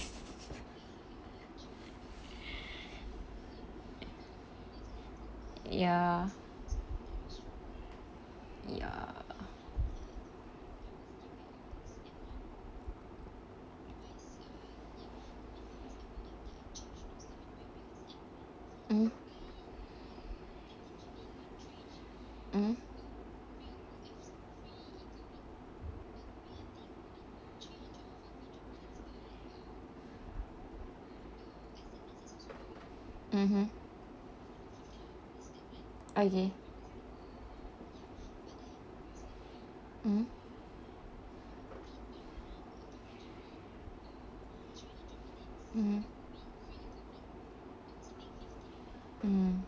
ya ya mmhmm mmhmm mmhmm okay mm mmhmm mm